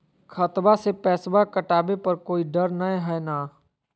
खतबा से पैसबा कटाबे पर कोइ डर नय हय ना?